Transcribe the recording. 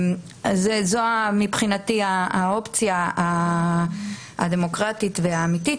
זו מבחינתי האופציה הדמוקרטית והאמיתית,